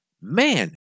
Man